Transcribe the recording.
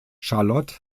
charlotte